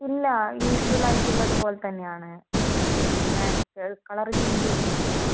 ഇല്ല യൂഷ്വൽ ആയിട്ട് ഉള്ളത് പോലെത്തന്നെയാണ് ഒരു അങ്ങനെ കളർ ചേഞ്ച് ചെയ്തിട്ടൊന്നും ഇല്ല